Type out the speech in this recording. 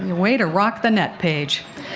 way to rock the net paige.